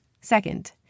Second